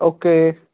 okay